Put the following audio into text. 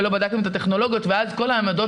ולא בדקתם את הטכנולוגיות ואז כל העמדות